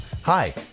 Hi